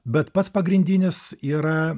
bet pats pagrindinis yra